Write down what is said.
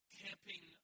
camping